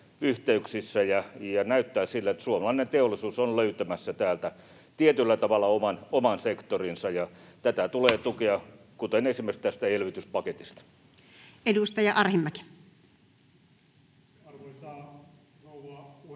Näyttää siltä, että suomalainen teollisuus on löytämässä täältä tietyllä tavalla oman sektorinsa, ja tätä tulee tukea esimerkiksi tästä elvytyspaketista. Edustaja Arhinmäki. Arvoisa rouva